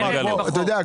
אתה יודע,